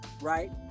right